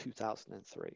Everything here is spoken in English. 2003